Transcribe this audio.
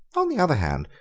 on the other hand,